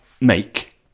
Make